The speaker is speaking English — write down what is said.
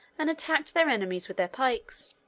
and attacked their enemies with their pikes.